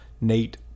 Nate